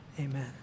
amen